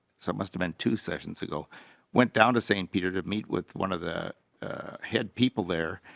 so mister meant to sessions ago went down to saint peter to meet with one of the had people there.